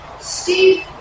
Steve